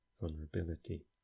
vulnerability